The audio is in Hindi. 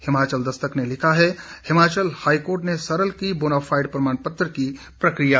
हिमाचल दस्तक ने लिखा है हिमाचल हाईकोर्ट ने सरल की बोनाफाइड प्रमाण पत्र की प्रकिया